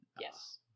Yes